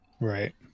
Right